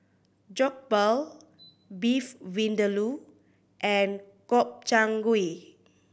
Jokbal Beef Vindaloo and Gobchang Gui